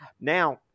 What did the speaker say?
Now